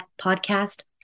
Podcast